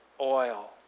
oil